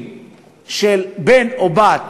למה אנחנו צריכים להמשיך עם משהו שלא ברור בכלל אם צריך